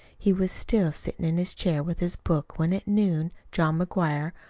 he was still sitting in his chair with his book when at noon john mcguire,